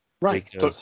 Right